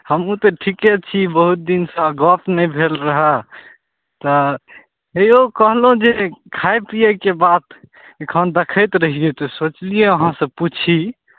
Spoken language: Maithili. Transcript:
हमहूँ तऽ ठीके छी बहुत दिनसँ गप नहि भेल रहै तऽ हेऔ कहलहुँ जे खाइ पिएके बात एखन देखैत रहिए तऽ सोचलिए अहाँसँ पूछी